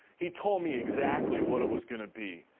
he told me exactly what it was gonna be.